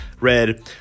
red